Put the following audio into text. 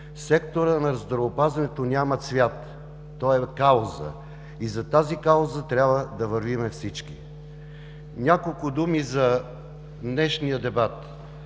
Секторът на здравеопазването няма цвят – той е кауза. И зад тази кауза трябва да вървим всички. Няколко думи за днешния дебат.